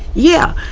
yeah.